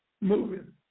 moving